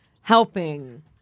helping